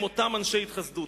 הם אנשי התחסדות.